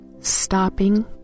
stopping